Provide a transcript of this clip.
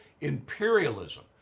imperialism